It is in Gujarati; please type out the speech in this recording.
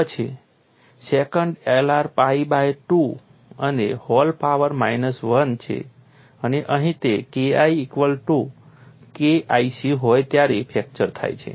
પછી સેકન્ટ Lr pi બાય 2 અને હૉલ પાવર માઇનસ 1 છે અને અહીં તે KI equal to K IC હોય ત્યારે ફ્રેક્ચર થાય છે